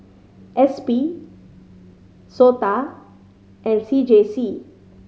S P SOTA and C J C